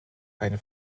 eine